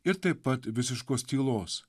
ir taip pat visiškos tylos